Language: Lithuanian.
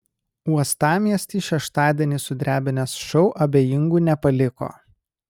uostamiestį šeštadienį sudrebinęs šou abejingų nepaliko